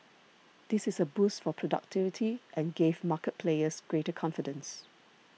this is a boost for productivity and gave market players greater confidence